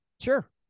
Sure